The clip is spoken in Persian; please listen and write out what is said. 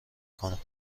کنم